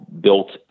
built